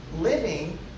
living